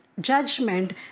judgment